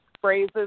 phrases